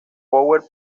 power